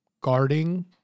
guarding